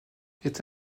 était